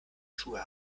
schuhe